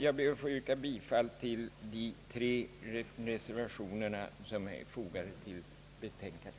Jag ber att få yrka bifall till de reservationer som har fogats till statsutskottets utlåtande.